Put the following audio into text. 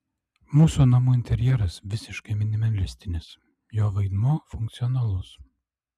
mūsų namų interjeras visiškai minimalistinis jo vaidmuo funkcionalus